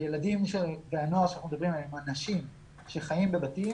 הילדים ובני הנוער עליהם אנחנו מדברים שחיים בבתים